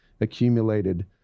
accumulated